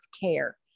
care